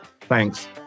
Thanks